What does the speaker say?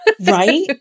Right